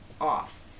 off